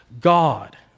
God